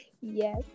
Yes